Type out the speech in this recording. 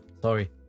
Sorry